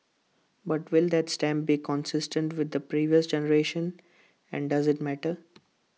but will that stamp be consistent with the previous generation and does IT matter